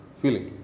feeling